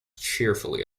cheerfully